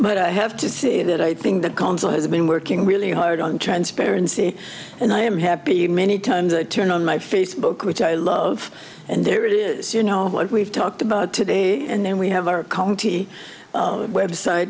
but i have to say that i think that council has been working really hard on transparency and i am happy many times i turn on my facebook which i love and there it is you know what we've talked about today and then we have our county web site